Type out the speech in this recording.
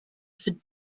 for